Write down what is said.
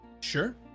Sure